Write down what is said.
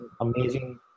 amazing